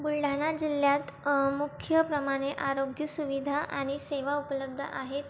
बुलढाणा जिल्ह्यात मुख्य प्रमाणे आरोग्य सुविधा आणि सेवा उपलब्ध आहेत